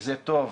וזה טוב,